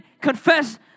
confess